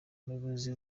umuyobozi